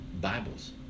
Bibles